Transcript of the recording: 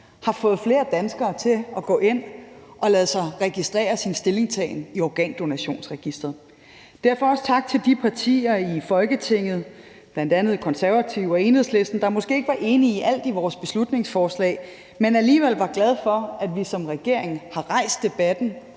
fået flere danskere til at gå ind og lade deres stillingtagen registrere i Organdonorregisteret. Derfor også tak til de partier i Folketinget, bl.a. Konservative og Enhedslisten, der måske ikke var enige i alt i vores beslutningsforslag, men alligevel var glade for, at vi som regering har rejst debatten